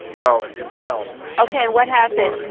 no, himself ok. what happened?